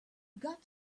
got